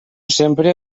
sempre